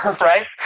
right